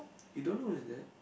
you don't know who is that